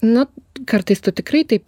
nu kartais tu tikrai taip